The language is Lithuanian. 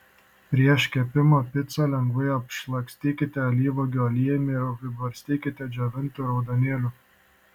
prieš kepimą picą lengvai apšlakstykite alyvuogių aliejumi ir apibarstykite džiovintu raudonėliu